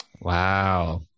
Wow